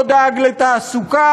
לא דאג לתעסוקה,